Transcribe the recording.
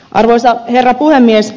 arvoisa herra puhemies